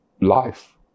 life